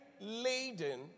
laden